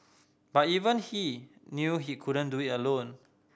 but even he knew he couldn't do it alone